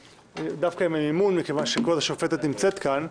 דווקא עם המימון מכיוון שכבוד השופטת פרוקצ'יה נמצאת כאן.